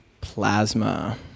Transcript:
Plasma